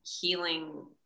healing